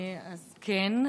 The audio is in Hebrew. כן,